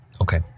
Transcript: Okay